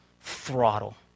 throttle